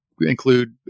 include